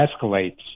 escalates